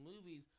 movies